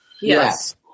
Yes